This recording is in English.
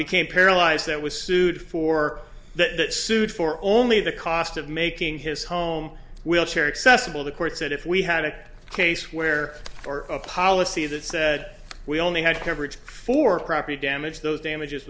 became paralyzed that was sued for that sued for only the cost of making his home wheelchair accessible the court said if we had a case where or a policy that said we only had coverage for property damage those damages